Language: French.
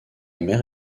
mère